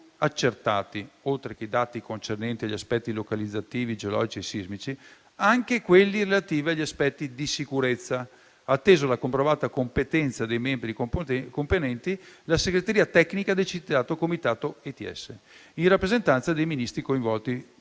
accertati, oltre che i dati concernenti gli aspetti localizzativi, geologici e sismici, anche quelli relativi agli aspetti di sicurezza, attesa la comprovata competenza dei membri componenti la segreteria tecnica del citato Comitato ETS in rappresentanza dei Ministri coinvolti